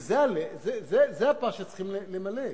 זה הפס שצריך למלא.